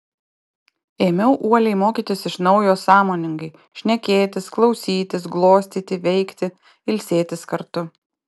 ėmiau uoliai mokytis iš naujo sąmoningai šnekėtis klausytis glostyti veikti ilsėtis kartu